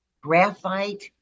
graphite